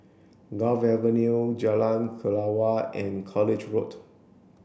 Gul Avenue Jalan Kelawar and College Road